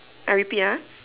I repeat ah